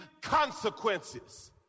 consequences